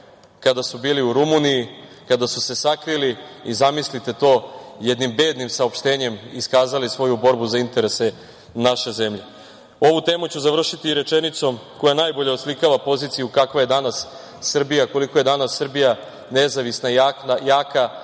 kada su bili u Rumuniji, kada su se sakrili i, zamislite to, jednim bednim saopštenjem iskazali svoju borbu za interese naše zemlje. Ovu temu ću završiti rečenicom koja najbolje oslikava poziciju kakva je danas Srbija, koliko je danas Srbija nezavisna i jaka,